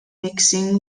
mixing